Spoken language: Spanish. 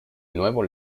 nuevo